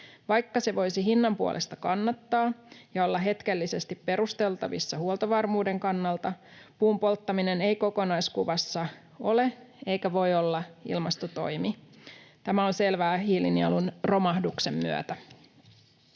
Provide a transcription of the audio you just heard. Vaikka se voisi hinnan puolesta kannattaa ja olla hetkellisesti perusteltavissa huoltovarmuuden kannalta, puun polttaminen ei kokonaiskuvassa ole eikä voi olla ilmastotoimi. Tämä on selvää hiilinielun romahduksen myötä.